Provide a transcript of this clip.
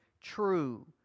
true